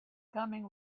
coming